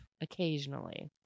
occasionally